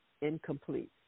incomplete